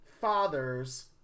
fathers